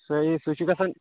صٮحیح سُہ چھِ گژھان